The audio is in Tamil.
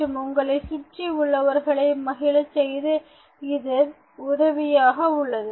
மற்றும் உங்களை சுற்றி உள்ளவர்களையும் மகிழ செய்ய இது உதவியாக உள்ளது